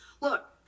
Look